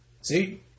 See